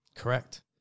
correct